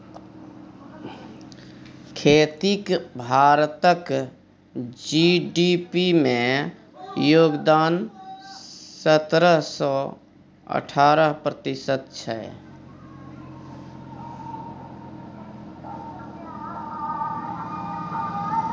खेतीक भारतक जी.डी.पी मे योगदान सतरह सँ अठारह प्रतिशत छै